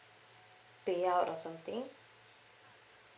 payout or something